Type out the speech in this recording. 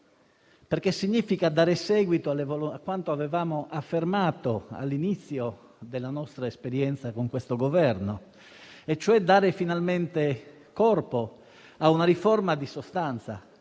significa dare seguito a quanto avevamo affermato all'inizio della nostra esperienza con questo Governo, cioè dare finalmente corpo a una riforma di sostanza.